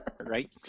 right